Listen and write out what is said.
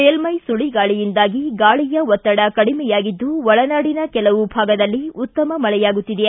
ಮೇಲ್ವೆ ಸುಳಿ ಗಾಳಿಯಿಂದಾಗಿ ಗಾಳಿಯ ಒತ್ತಡ ಕಡಿಮೆಯಾಗಿದ್ದು ಒಳನಾಡಿನ ಕೆಲವು ಭಾಗದಲ್ಲಿ ಉತ್ತಮ ಮಳೆಯಾಗುತ್ತಿದೆ